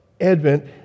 Advent